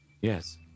yes